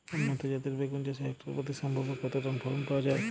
উন্নত জাতের বেগুন চাষে হেক্টর প্রতি সম্ভাব্য কত টন ফলন পাওয়া যায়?